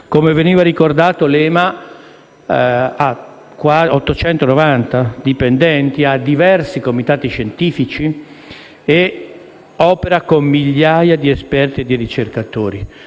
Come veniva ricordato, l'EMA ha 890 dipendenti, diversi comitati scientifici e opera con migliaia di esperti e ricercatori,